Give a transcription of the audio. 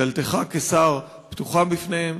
דלתך כשר פתוחה בפניהם,